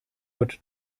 wird